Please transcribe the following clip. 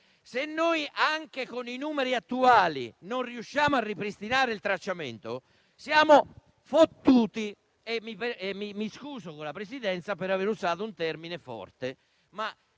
Se, anche con i numeri attuali, non riusciamo a ripristinare il tracciamento, siamo fottuti e mi scuso con la Presidenza per aver usato un termine forte, ma